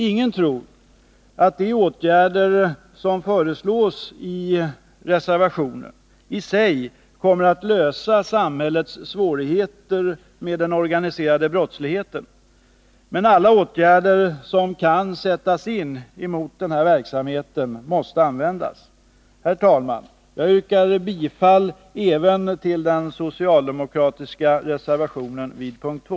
Ingen tror att de åtgärder som föreslås i reservationen i sig kommer att lösa samhällets svårigheter med den organiserade brottsligheten, men alla åtgärder som kan sättas in mot denna verksamhet måste användas. Herr talman! Jag yrkar bifall även till den socialdemokratiska reservationen vid punkt 2.